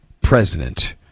president